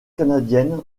canadiennes